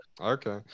Okay